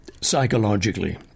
psychologically